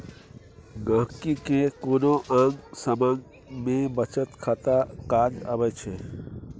गांहिकी केँ कोनो आँग समाँग मे बचत खाता काज अबै छै